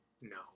no